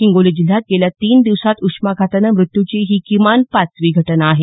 हिंगोली जिल्ह्यात गेल्या तीन दिवसांत उष्माघातानं मृत्यूची ही किमान पाचवी घटना आहे